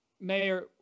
Mayor